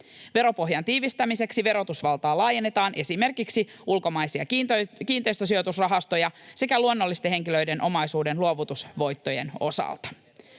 Veropohjan tiivistämiseksi verotusvaltaa laajennetaan esimerkiksi ulkomaisten kiinteistösijoitusrahastojen sekä luonnollisten henkilöiden omaisuuden luovutusvoittojen osalta.